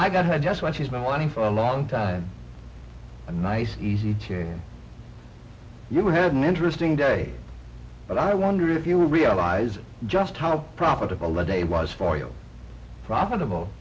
i got had just what he's been wanting for a long time a nice easy chair you had an interesting day but i wonder if you realize just how profitable the day was for you profitable